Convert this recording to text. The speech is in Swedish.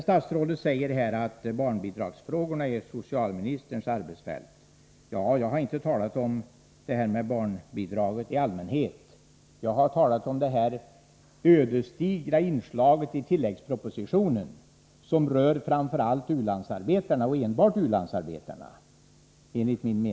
Statsrådet säger sedan att barnbidragsfrågorna tillhör socialministerns arbetsfält. Jag har inte talat om barnbidragen i allmänhet, utan jag har talat om detta ödesdigra inslag i tilläggspropositionen som rör framför allt och enbart u-landsarbetarna.